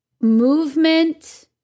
movement